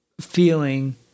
feeling